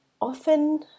often